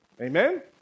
Amen